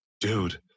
dude